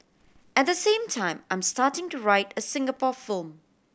at the same time I'm starting to write a Singapore film